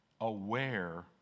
aware